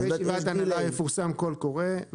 אחרי ישיבת ההנהלה יפורסם קול קורא.